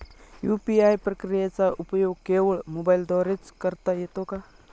UPI प्रक्रियेचा उपयोग केवळ मोबाईलद्वारे च करता येतो का?